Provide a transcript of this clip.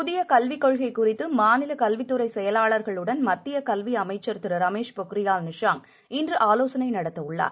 புதியகல்விக் கொள்கைகுறித்துமாநிலகல்வித்துறைசெயலாளர்களுடன் மத்தியகல்விஅமைச்சர் திரு ரமேஷ் பொக்ரியால் நிஷாங் இன்றுஆலோசனைநடத்தஉள்ளார்